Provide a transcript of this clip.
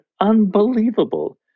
unbelievable